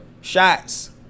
Shots